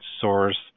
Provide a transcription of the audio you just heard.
source